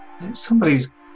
somebody's